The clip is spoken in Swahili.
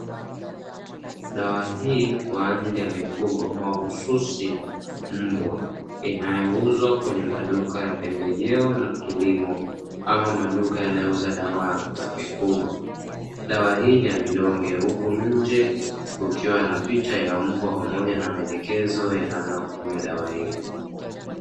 Dawa hii kwa ajili ya mifugo mahususi Mbwa, inayouzwa kwenye maduka ya pembejeo na kilimo, ama maduka yanayouza dawa za mifugo, dawa hii ni ya vidonge huku nje kukiwa na picha ya mbwa, pamoja na maelekezo ya namna ya kutumia dawa hii.